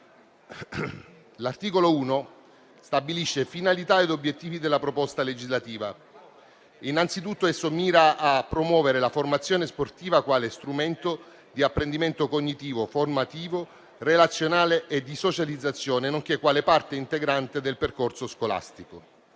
L'articolo 1 stabilisce finalità ed obiettivi della proposta legislativa. Innanzitutto esso mira a promuovere la formazione sportiva quale strumento di apprendimento cognitivo, formativo, relazionale e di socializzazione, nonché quale parte integrante del percorso scolastico.